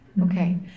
Okay